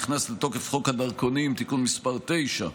נכנס לתוקף חוק הדרכונים (תיקון מס' 9),